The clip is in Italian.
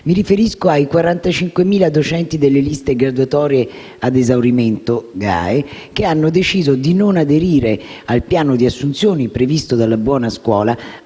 Mi riferisco ai 45.000 docenti delle liste graduatorie ad esaurimento (GAE) che hanno deciso di non aderire al piano di assunzioni previsto dalla buona scuola,